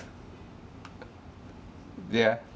yeah